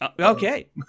Okay